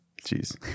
Jeez